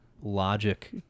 logic